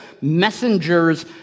messengers